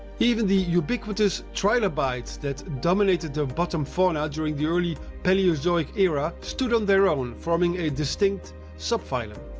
even the ubiquitous trilobites that dominated the bottom fauna during the early paleozoic era stood on their own, forming a distinct sub-phylum.